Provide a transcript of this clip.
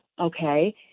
okay